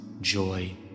joy